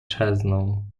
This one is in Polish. czezną